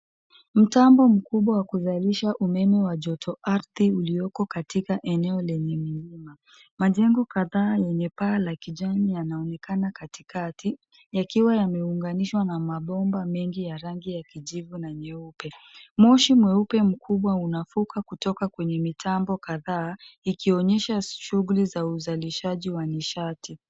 Mtambo mkubwa wa kuzalisha umeme wa jotoardhi ulioko katika eneo lenye mlima. Majengo kadhaa yenye paa la kijani yanaonekana katikati, yakiwa yameunganishwa na mabomba mengi ya rangi ya kijivu na nyeupe. Moshi mweupe mkubwa unafuka kutoka kwenye mitambo kadhaa, ikionyesha shuhguli za uzalishaji wa nishati.